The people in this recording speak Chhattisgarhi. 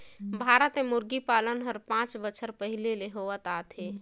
भारत में मुरगी पालन हर पांच बच्छर पहिले ले होवत आत हे